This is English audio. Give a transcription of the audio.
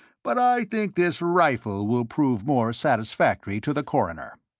but i think this rifle will prove more satisfactory to the coroner.